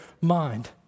mind